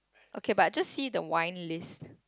okay but just see the wine list